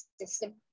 system